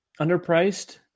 underpriced